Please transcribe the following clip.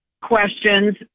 questions